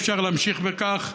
אפשר להמשיך בכך.